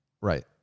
right